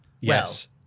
Yes